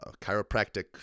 Chiropractic